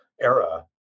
era